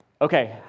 Okay